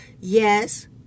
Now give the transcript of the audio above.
yes